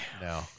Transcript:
No